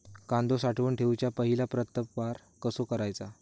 कांदो साठवून ठेवुच्या पहिला प्रतवार कसो करायचा?